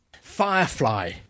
Firefly